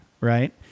right